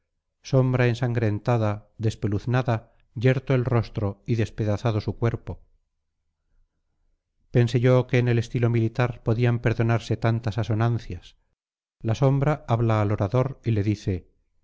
sombra ensangrentada despeluznada yerto el rostro y despedazado su cuerpo pensé yo que en el estilo militar podían perdonarse tantas asonancias la sombra habla al orador y le dice